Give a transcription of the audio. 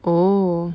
oh